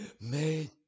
made